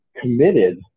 committed